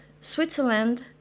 Switzerland